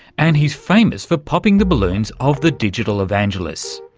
and he's famous for popping the balloons of the digital evangelists.